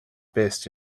best